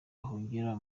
ahungira